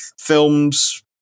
films